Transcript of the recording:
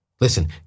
Listen